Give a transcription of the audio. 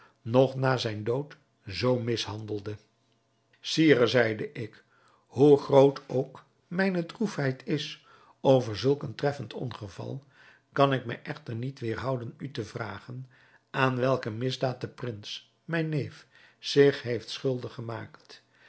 nog na zijn dood zoo mishandelde sire zeide ik hoe groot ook mijne droefheid is over zulk een treffend ongeval kan ik mij echter niet weêrhouden u te vragen aan welke misdaad de prins mijn neef zich heeft schuldig gemaakt